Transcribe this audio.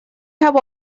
have